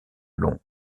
londres